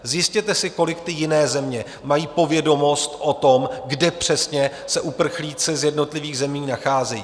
Zjistěte si, kolik ty jiné země mají povědomost o tom, kde přesně se uprchlíci z jednotlivých zemí nacházejí.